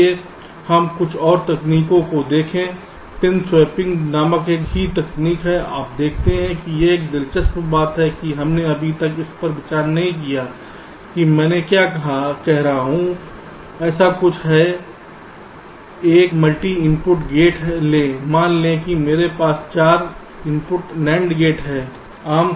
आइए हम कुछ और तकनीकों को देखें पिन स्वैपिंग नामक एक तकनीक है आप देखते हैं कि यह एक दिलचस्प बात है कि हमने अभी तक इस पर विचार नहीं किया है कि मैं क्या कह रहा हूं ऐसा कुछ है एक मल्टी इनपुट गेट लें मान लें कि मेरे पास एक 4 इनपुट NAND गेट है